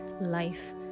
life